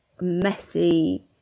messy